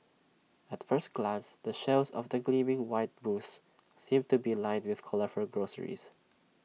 at first glance the shelves of the gleaming white booths seem to be lined with colourful groceries